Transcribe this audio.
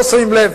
לא שמים לב,